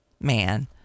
man